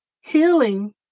Healing